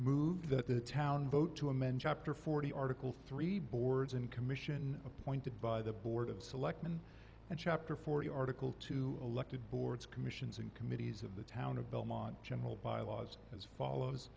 move that the town vote to amend chapter forty article three boards and commission appointed by the board of selectmen and chapter forty article two elected boards commissions and committees of the town of belmont general bylaws as follows